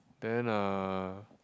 then uh